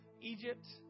Egypt